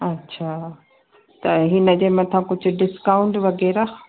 अच्छा त हिनजे मथा कुझु डिस्काउंट वग़ैरह